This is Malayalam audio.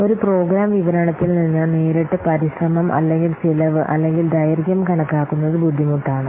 ഒരു പ്രോഗ്രാം വിവരണത്തിൽ നിന്ന് നേരിട്ട് പരിശ്രമം അല്ലെങ്കിൽ ചെലവ് അല്ലെങ്കിൽ ദൈർഘ്യം കണക്കാക്കുന്നത് ബുദ്ധിമുട്ടാണ്